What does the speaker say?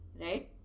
right